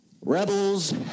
Rebels